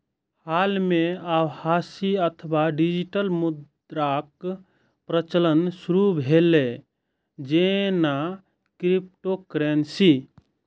हाल मे आभासी अथवा डिजिटल मुद्राक प्रचलन शुरू भेलै, जेना क्रिप्टोकरेंसी